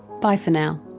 bye for now